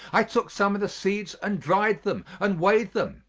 i took some of the seeds and dried them and weighed them,